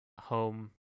home